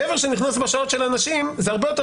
גבר שנכנס בשעות של הנשים זה הרבה יותר